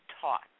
taught